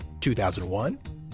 2001